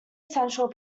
central